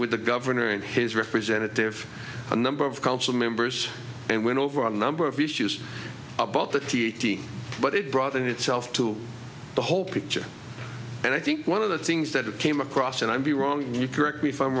with the governor and his representative a number of council members and went over a number of issues about the t t but it brought in itself to the whole picture and i think one of the things that it came across and i'd be wrong you correct me if i'm